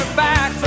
back